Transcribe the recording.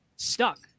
stuck